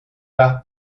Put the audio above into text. par